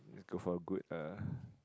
need to for good ah